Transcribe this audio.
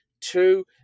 two